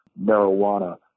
marijuana